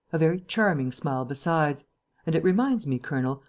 a very charming smile, besides and it reminds me, colonel,